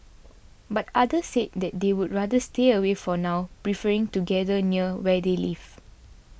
but others said they would rather stay away for now preferring to gather near where they live